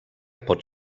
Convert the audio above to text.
pot